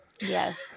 Yes